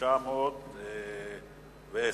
(12 במאי 2010):